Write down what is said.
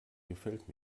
gefällt